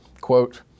quote